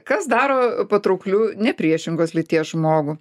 kas daro patraukliu nepriešingos lyties žmogų